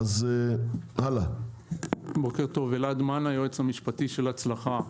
בוקר טוב, אני היועץ המשפטי של "הצלחה".